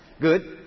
Good